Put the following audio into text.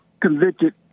Convicted